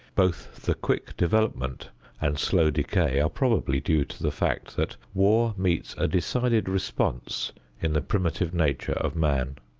both the quick development and slow decay are probably due to the fact that war meets a decided response in the primitive nature of man.